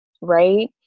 right